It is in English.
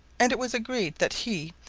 and it was agreed that he,